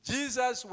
Jesus